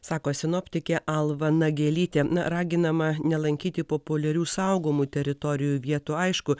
sako sinoptikė alva nagelytė na raginama nelankyti populiarių saugomų teritorijų vietų aišku